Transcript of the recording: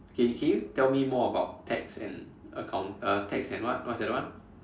okay can you tell me more about tax and account uh tax and what what's the other one